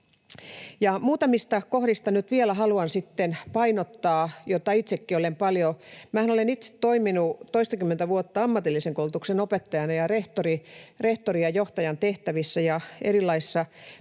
Muutamista kohdista nyt vielä haluan sitten painottaa. Minähän olen itse toiminut toistakymmentä vuotta ammatillisen koulutuksen opettajana ja rehtorin ja johtajan tehtävissä ja erilaisissa